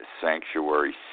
sanctuary